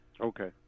Okay